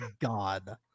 god